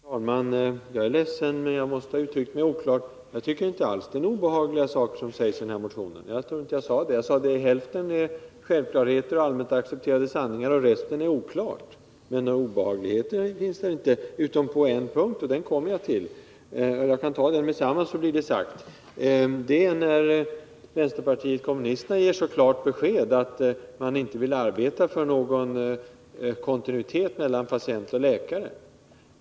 Herr talman! Jag är ledsen, jag måste tydligen ha uttryckt mig oklart. Jag tycker inte alls att det är några obehagliga saker som sägs i motionen, och jag tror inte heller att jag sade det. Jag sade att hälften är självklarheter och allmänt accepterade sanningar och att resten är oklart. Några obehagligheter finns det således inte — utom på en punkt. Jag kan ta upp den med detsamma, så blir det sagt: det är när vänsterpartiet kommunisterna ger ett klart besked om att de inte vill arbeta för någon kontinuitet mellan patienter och läkare.